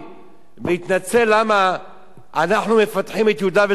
להתנצל למה אנחנו מפתחים את יהודה ושומרון.